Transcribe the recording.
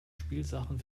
spielsachen